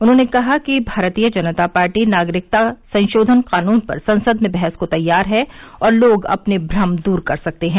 उन्होंने कहा कि भारतीय जनता पार्टी नागरिकता संशोधन कानून पर संसद में बहस को तैयार हैं और लोग अपने भ्रम दूर कर सकते हैं